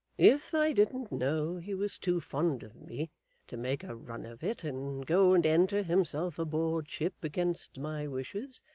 if i didn't know he was too fond of me to make a run of it, and go and enter himself aboard ship against my wishes,